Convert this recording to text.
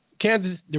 Kansas